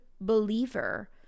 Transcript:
believer